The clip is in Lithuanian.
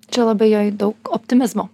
čia labai joj daug optimizmo